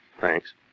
Thanks